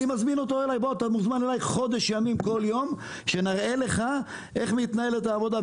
אני מזמין אותו אליי חודש ימים כל יום שנראה לך איך מתנהלת העבודה.